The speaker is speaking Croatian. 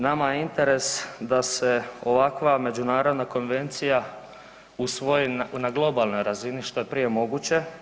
Nama je interes da se ovakva međunarodna konvencija usvoji na globalnoj razini što je prije moguće.